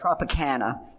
Tropicana